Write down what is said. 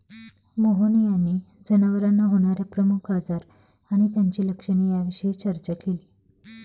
मोहन यांनी जनावरांना होणार्या प्रमुख आजार आणि त्यांची लक्षणे याविषयी चर्चा केली